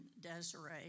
Desiree